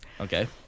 Okay